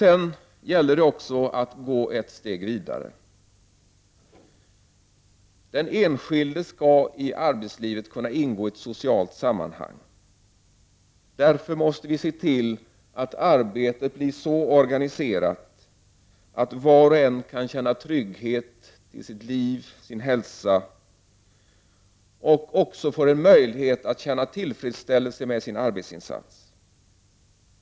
Sedan gäller det att gå ett steg vidare. Den enskilde skall i arbetslivet kunna ingå i ett socialt sammanhang. Därför måste vi se till att arbetet blir så organiserat att var och en kan känna trygghet till liv och hälsa och även få möjlighet att känna tillfredsställelse över sin arbetsinsats.